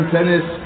Tennis